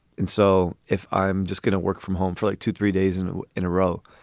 and so if i'm just going to work from home for like two, three days and and in a row,